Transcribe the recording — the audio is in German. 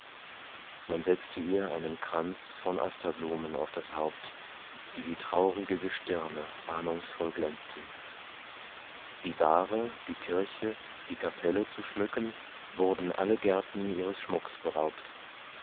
man setzte ihr einen kranz von asterblumen auf das haupt die wie traurige gestirne ahnungsvoll glänzten die bahre die kirche die kapelle zu schmücken wurden alle gärten ihres schmucks beraubt